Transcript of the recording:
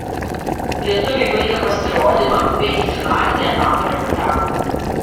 lietuviai baigė pasirodymą bei į finalinį etapą nepateko